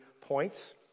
points